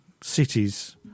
cities